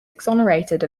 exonerated